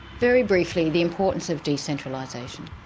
very briefly, the importance of decentralisation?